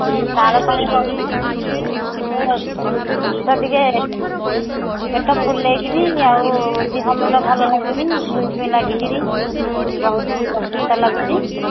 ମୁଁ ତାଳପାଣିରୁ କହୁଥିଲି ମୋ ପେଟ ଟିକିଏ ପେଟ ଫୁଲେଇକରି ଆଉ ଦେହ ମୁଣ୍ଡ ଭଲ ଲାଗୁନି ଝିମି ଝିମି ଲାଗିକରି ବହୁତ ଅସୁସ୍ଥ ଲାଗୁଛି